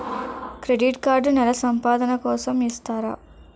Credit card నెల సంపాదన కోసం ఇస్తారా?